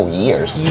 years